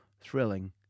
thrilling